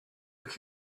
but